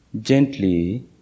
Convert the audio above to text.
Gently